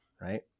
Right